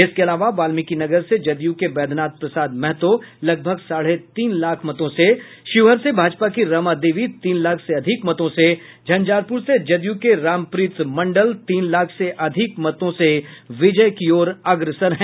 इसके अलावा वाल्मीकिनगर से जदयू के वैधनाथ प्रसाद महतो लगभग साढ़े तीन लाख मतों से शिवहर से भाजपा की रमा देवी तीन लाख से अधिक मतों से झंझारपुर से जदयू के रामप्रीत मंडल तीन लाख से अधिक मतों से विजय की ओर अग्रसर हैं